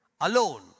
alone